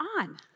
on